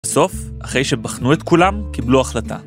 בסוף, אחרי שבחנו את כולם, קיבלו החלטה.